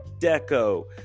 Deco